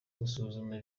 gusuzuma